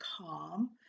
calm